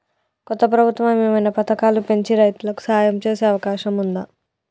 కొత్త ప్రభుత్వం ఏమైనా పథకాలు పెంచి రైతులకు సాయం చేసే అవకాశం ఉందా?